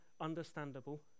understandable